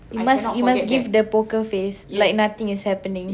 you must you must give the poker face like nothing is happening